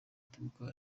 tigo